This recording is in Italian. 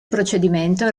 procedimento